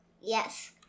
Yes